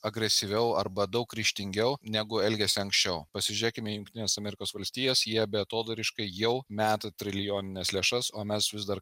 agresyviau arba daug ryžtingiau negu elgėsi anksčiau pasižiūrėkime į jungtines amerikos valstijas jie beatodairiškai jau meta trilijonines lėšas o mes vis dar